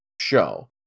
show